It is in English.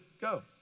go